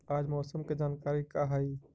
आज मौसम के जानकारी का हई?